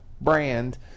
brand